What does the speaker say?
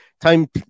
time